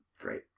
Great